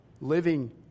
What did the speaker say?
living